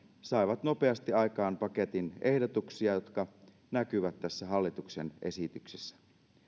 saivat nopeasti aikaan paketin ehdotuksia jotka näkyvät tässä hallituksen esityksessä